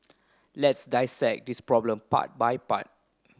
let's dissect this problem part by part